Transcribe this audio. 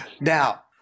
Now